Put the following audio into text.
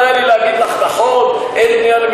בחוק המקורי, אני לא יודעת מה יש לעשות, עובדה